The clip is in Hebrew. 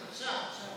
עכשיו זום, אינטרנט?